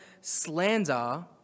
slander